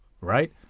right